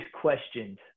questioned